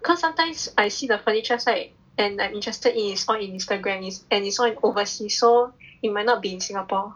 cause sometimes I see the furnitures right and I'm interested in is all in Instagram and is all overseas so it might not be in Singapore